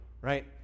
right